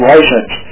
License